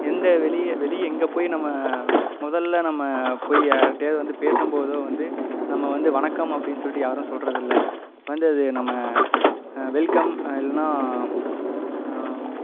எந்த வெளியே வெளியே எங்கே போய் நாம முதல்ல நம்ம போய் யார்க்கிட்டையாவது வந்து பேசும் போதோ வந்து நம்ம வந்து வணக்கம் அப்படினு சொல்லிவிட்டு யாரும் சொல்லுறது இல்லை வந்தும் அது நம்ம வெல்கம் இல்லைன்னா